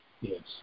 Yes